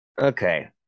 Okay